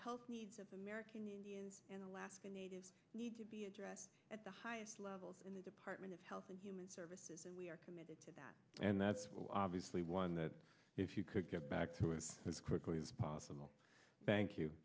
health needs of the american indians and alaska natives need to be addressed at the highest levels in the department of health and human services and we are committed to that and that's obviously one that if you could get back to it as quickly as possible thank you